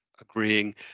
agreeing